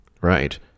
Right